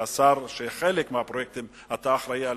ולחלק מהפרויקטים אתה אחראי,